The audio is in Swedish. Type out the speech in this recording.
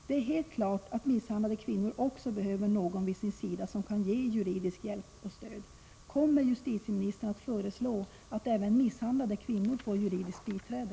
Det är helt klart att misshandlade kvinnor också behöver någon vid sin sida som kan ge juridisk hjälp och stöd. Kommer justitieministern att föreslå att även misshandlade kvinnor får juridiskt biträde?